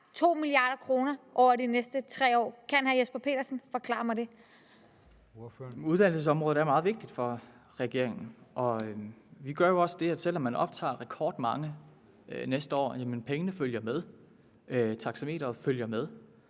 Formanden: Ordføreren. Kl. 11:38 Jesper Petersen (S): Uddannelsesområdet er meget vigtigt for regeringen. Og vi gør jo også det, at selv om man har optaget rekordmange næste år, følger pengene med; taxameteret følger med,